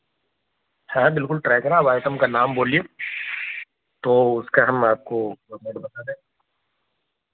ہاں بالکل ٹرائی کریں آپ آئٹم کا نام بولیے تو اس کا ہم آپ بتا دیں